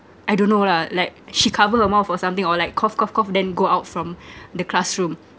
I don't know lah like she cover her mouth or something or like cough cough cough then go out from the classroom